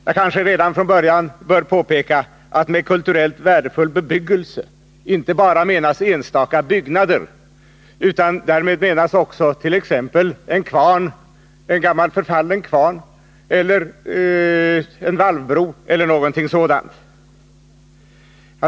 Jag kanske redan från början bör påpeka att med kulturellt värdefull bebyggelse menas inte bara enstaka byggnader, utan därmed menas också t.ex. en gammal förfallen kvarn, en valvbro eller någonting sådant.